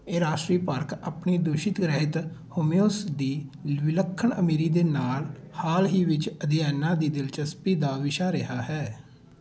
ਇਹ ਰਾਸ਼ਟਰੀ ਪਾਰਕ ਆਪਣੀ ਦੂਸ਼ਿਤ ਰਹਿਤ ਹਿਊਮਸ ਦੀ ਵਿਲੱਖਣ ਅਮੀਰੀ ਦੇ ਨਾਲ ਹਾਲ ਹੀ ਵਿੱਚ ਅਧਿਐਨਾਂ ਦੀ ਦਿਲਚਸਪੀ ਦਾ ਵਿਸ਼ਾ ਰਿਹਾ ਹੈ